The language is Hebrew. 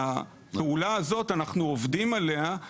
אנחנו עובדים על הפעולה הזאת,